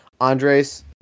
Andres